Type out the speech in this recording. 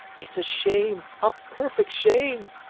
it's a shame, a perfect shame!